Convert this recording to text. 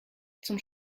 zum